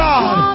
God